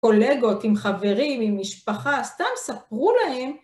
קולגות, עם חברים, עם משפחה, סתם ספרו להם.